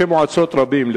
ראשי מועצות רבים,